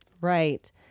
Right